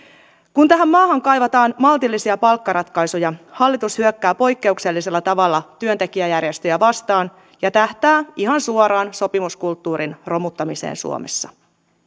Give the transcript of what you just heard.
kun tähän maahan kaivataan maltillisia palkkaratkaisuja hallitus hyökkää poikkeuksellisella tavalla työntekijäjärjestöjä vastaan ja tähtää ihan suoraan sopimuskulttuurin romuttamiseen suomessa